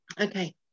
Okay